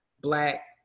black